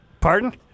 Pardon